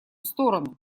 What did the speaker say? сторону